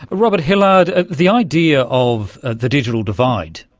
but robert hillard, the idea of ah the digital divide,